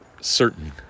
certain